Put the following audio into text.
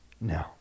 No